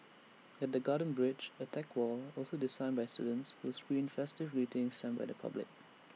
at the garden bridge A tech wall also designed by the students will screen festive greetings sent by the public